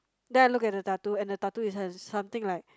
then I look at the tattoo and the tattoo is hence something like